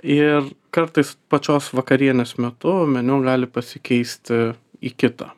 ir kartais pačios vakarienės metu meniu gali pasikeisti į kitą